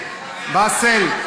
באסל,